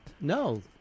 No